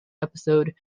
episode